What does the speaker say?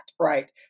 right